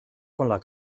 con